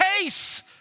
case